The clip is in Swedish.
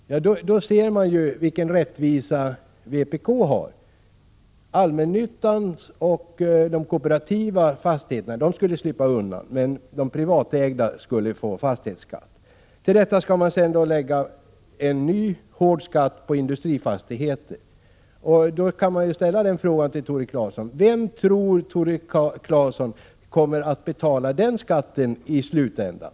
Där ser vi vilken syn vpk har på rättvisa. Allmännyttan och de kooperativa fastigheterna skulle slippa undan, men privata fastighetsägare skulle åläggas att betala fastighetsskatt. Till detta skall sedan läggas en ny hård skatt på industrifastigheter. Jag vill ställa frågan: Vem tror Tore Claeson kommer att betala den skatten i slutändan?